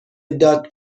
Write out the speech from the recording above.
داد